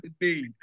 indeed